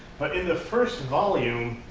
but in the first volume,